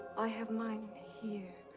i have mine here,